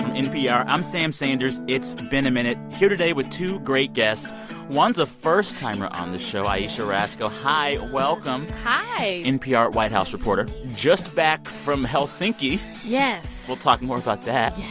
and npr, i'm sam sanders. it's been a minute. here today with two great guests one's a first-timer on the show, ayesha rascoe hi, welcome hi npr white house reporter just back from helsinki yes we'll talk more about that yes